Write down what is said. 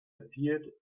appeared